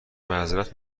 معذرت